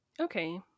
okay